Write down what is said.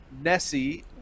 Nessie